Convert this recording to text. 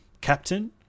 captain